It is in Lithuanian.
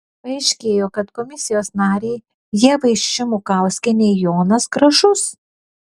paaiškėjo kad komisijos narei ieva šimukauskienei jonas gražus